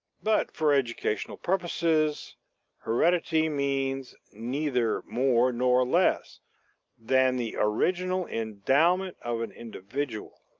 but for educational purposes heredity means neither more nor less than the original endowment of an individual.